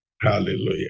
Hallelujah